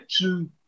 two